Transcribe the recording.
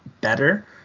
better